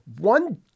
one